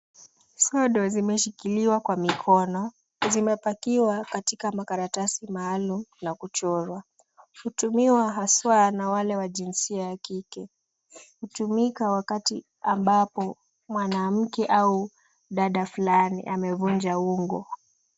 Sodo zimeshikiliwa kwa mikono, zimepakiwa katika makaratasi maalum na kuchorwa. Hutumiwa haswa na wale wa jinsia ya kike. Hutumika wakati ambapo mwanamke au dada fulani amevunja ungo.